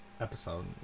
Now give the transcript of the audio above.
Episode